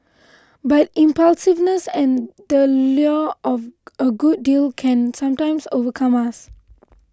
but impulsiveness and the lure of a good deal can sometimes overcome us